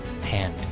hand